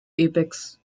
apex